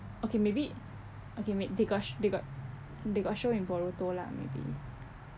okay maybe okay may~ they got sh~ they got they got show in boruto lah maybe